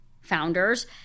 founders